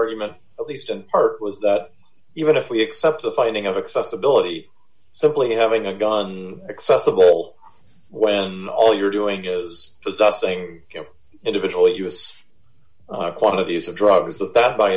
argument at least in part was that even if we accept the finding of accessibility simply having a gun accessible when all you're doing is possessing individual what you aspire are quantities of drugs that that by